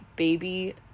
baby